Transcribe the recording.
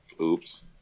Oops